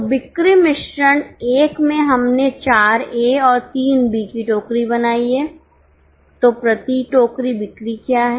तो बिक्री मिश्रण 1 में हमने 4 ए और 3 बी की टोकरी बनाई है तो अब प्रति टोकरी बिक्री क्या है